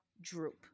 droop